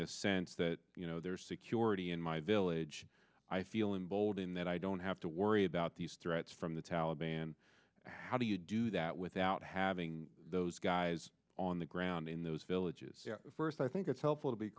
this sense that you know there's security in my village i feel emboldened that i don't have to worry about these threats from the taliban how do you do that without having those guys on the ground in those villages first i think it's helpful to be